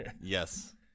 Yes